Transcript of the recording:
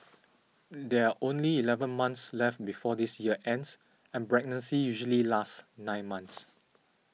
there are only eleven months left before this year ends and pregnancy usually lasts nine months